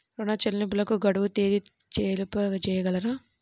ఋణ చెల్లింపుకు గడువు తేదీ తెలియచేయగలరా?